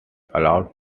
allowed